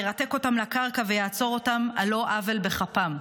ירתק אותם לקרקע ויעצור אותם על לא עוול בכפם.